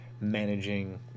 managing